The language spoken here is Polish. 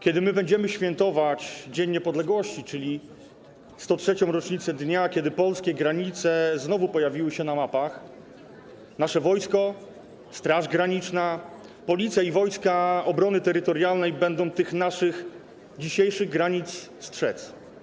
Kiedy my będziemy świętować dzień niepodległości, czyli 103. rocznicę dnia, w którym polskie granice znowu pojawiły się na mapach, nasze wojsko, Straż Graniczna, Policja i Wojska Obrony Terytorialnej będą tych naszych dzisiejszych granic strzec.